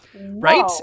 Right